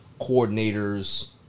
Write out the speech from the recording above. coordinators